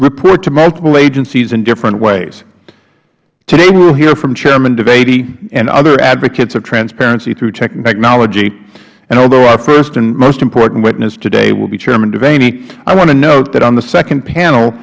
report to multiple agencies in different ways today we will hear from chairman devaney and other advocates of transparency through technology and although our first and most important witness today will be chairman devaney i want to know note that on the second panel